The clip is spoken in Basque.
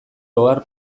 ohar